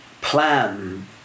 plan